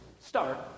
start